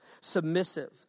submissive